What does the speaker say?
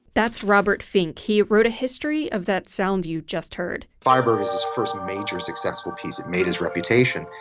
that's robert fink, he wrote a history of that sound you just heard. firebird is his first major successful piece it made his reputation.